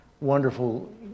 wonderful